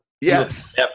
Yes